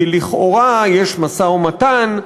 כי לכאורה יש משא-ומתן,